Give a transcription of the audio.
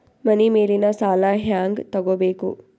ಮನಿ ಮೇಲಿನ ಸಾಲ ಹ್ಯಾಂಗ್ ತಗೋಬೇಕು?